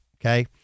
Okay